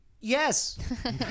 Yes